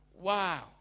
Wow